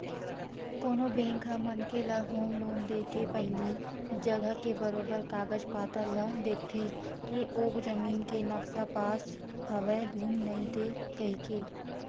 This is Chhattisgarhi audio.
कोनो बेंक ह मनखे ल होम लोन देके पहिली जघा के बरोबर कागज पतर ल देखथे के ओ जमीन के नक्सा पास हवय धुन नइते कहिके